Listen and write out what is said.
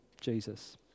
Jesus